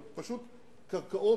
פשוט קרקעות,